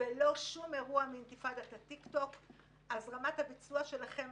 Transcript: וגם מה שאני אכתוב בפייסבוק - שום דבר מהביקורת החריפה שאני אביע,